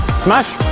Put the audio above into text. smash